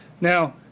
Now